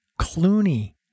Clooney